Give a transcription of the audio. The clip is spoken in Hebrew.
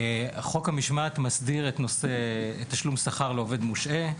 חוק המשמעת מסדיר את תשלום השכר לעובד מושעה.